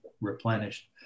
replenished